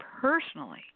personally